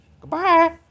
Goodbye